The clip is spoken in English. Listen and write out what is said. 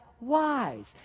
wise